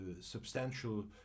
substantial